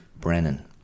Brennan